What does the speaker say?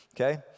okay